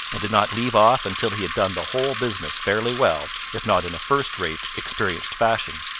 and did not leave off until he had done the whole business fairly well, if not in a first-rate, experienced fashion.